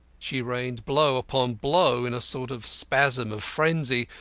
she rained blow upon blow in a sort of spasm of frenzy,